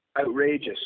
Outrageous